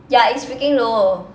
ya it's freaking low